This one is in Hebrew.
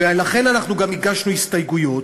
ולכן אנחנו גם הגשנו הסתייגויות,